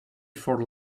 for